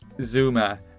Zuma